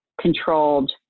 controlled